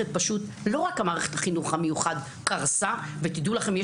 לא רק מערכת החינוך המיוחד קרסה ותדעו לכם,